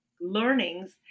learnings